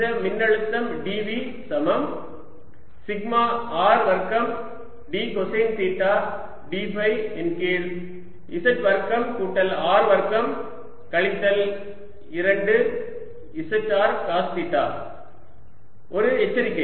இந்த மின்னழுத்தம் dV சமம் சிக்மா R வர்க்கம் d cosine theta d phi இன் கீழ் z வர்க்கம் கூட்டல் R வர்க்கம் கழித்தல் 2 z R காஸ் தீட்டா ஒரு எச்சரிக்கை